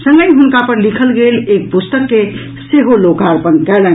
संगहि हुनक पर लिखल गेल एक प्रस्तक के सेहो लोकार्पण कयलनि